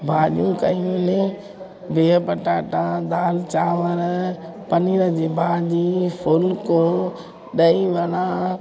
भाॼियूं कयो नी बिहु पटाटा दालि चांवरु पनीर जी भाॼी फुल्को ॾहीवड़ा